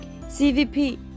CVP